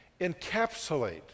encapsulate